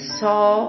saw